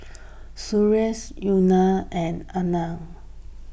Sundaresh Udai and Anand